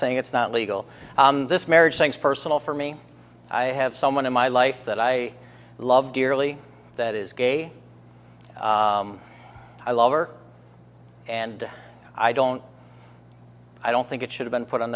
saying it's not legal in this marriage things personal for me i have someone in my life that i love dearly that is gay i love or and i don't i don't think it should have been put on